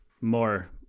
More